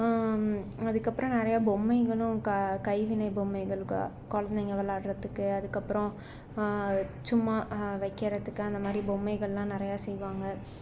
அதுக்கப்புறம் நிறைய பொம்மைங்களும் க கைவினை பொம்மைகள் க குழந்தைங்க விளையாடுறதுக்கு அதுக்கப்புறம் சும்மா வைக்கிறதுக்கு அந்த மாதிரி பொம்மைகள்லாம் நிறைய செய்வாங்க